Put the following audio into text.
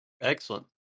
excellent